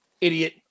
Idiot